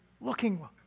looking